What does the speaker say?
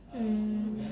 mm